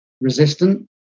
resistant